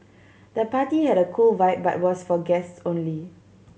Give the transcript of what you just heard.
the party had a cool vibe but was for guests only